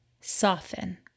soften